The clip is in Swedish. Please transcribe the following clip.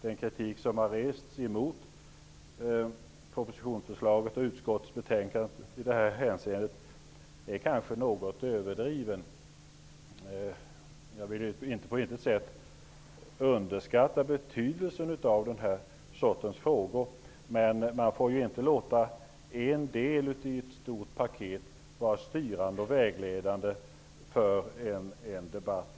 Den kritik som har rests mot propositionen och betänkandet i detta hänseende är kanske något överdriven. Jag vill på intet sätt underskatta betydelsen av den här sortens frågor, men man får inte låta en del av ett stort paket vara styrande och vägledande i debatten.